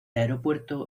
aeropuerto